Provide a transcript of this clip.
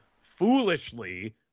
foolishly